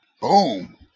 Boom